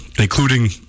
including